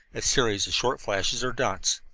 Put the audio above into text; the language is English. a series of short flashes, or dots.